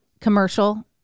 commercial